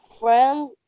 friends